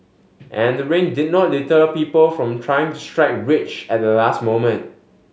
and the rain did not deter people from trying to strike rich at the last moment